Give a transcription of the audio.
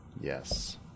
Yes